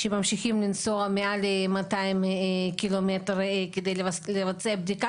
שממשיכים לנסוע מעל ל-200 קילומטר כדי לבצע בדיקה